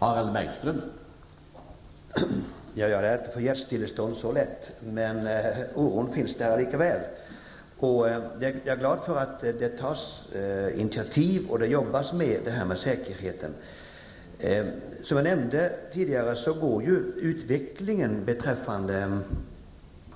Herr talman! Jag lär inte få hjärtstillestånd så lätt, men oron finns där lika väl. Jag är glad äver att det tas initiativ och att det arbetas med säkerheten. Som jag nämnde tidigare går utvecklingen beträffande